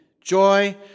Joy